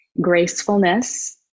gracefulness